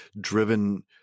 driven